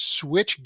switch